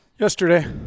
Yesterday